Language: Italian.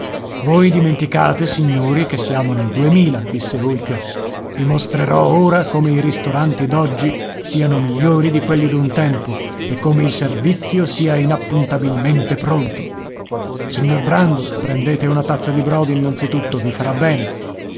voi dimenticate signori che siamo nel duemila disse olker i mostrerò ora come i ristoranti d'oggi siano migliori di quelli d'un tempo e come il servizio sia inappuntabilmente pronto signor brandok prendete una tazza di brodo innanzitutto i farà bene